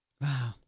Wow